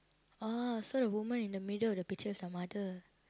uh so the woman in the middle of the picture is their mother